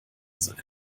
sein